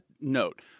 note